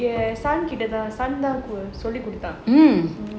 கிட்டதான் தான் சொல்லி குடுத்தான்:kittathaan thaan solli kuduthaan